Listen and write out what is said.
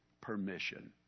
permission